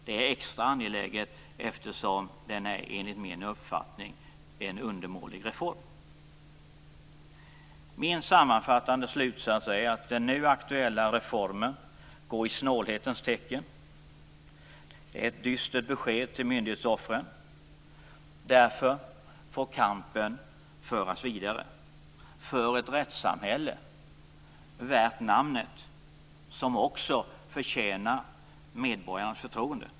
Det är extra angeläget eftersom det enligt min uppfattning är en undermålig reform. Min sammanfattande slutsats är att den nu aktuella reformen går i snålhetens tecken och blir ett dystert besked till myndighetsoffren. Därför får kampen föras vidare för ett rättssamhälle värt namnet, som också förtjänar medborgarnas förtroende.